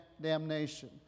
damnation